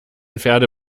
pferde